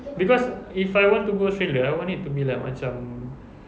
because if I want to go australia I want it to be like macam